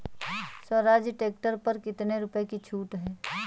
Swaraj tractor पर कितनी रुपये की छूट है?